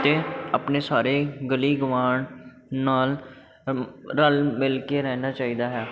ਅਤੇ ਆਪਣੇ ਸਾਰੇ ਗਲੀ ਗੁਆਂਢ ਨਾਲ ਰਲ ਮਿਲ ਕੇ ਰਹਿਣਾ ਚਾਹੀਦਾ ਹੈ